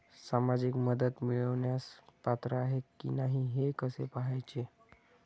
सामाजिक मदत मिळवण्यास पात्र आहे की नाही हे कसे पाहायचे?